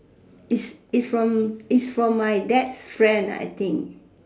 is is from is from my dad's friend I think